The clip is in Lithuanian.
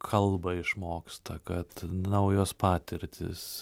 kalbą išmoksta kad naujos patirtys